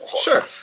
Sure